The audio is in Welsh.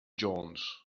jones